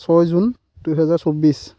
ছয় জুন দুহেজাৰ চৌবিছ